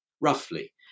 roughly